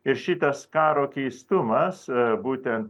ir šitas karo keistumas būtent